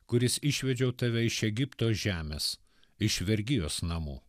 kuris išvedžiau tave iš egipto žemės iš vergijos namų